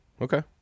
Okay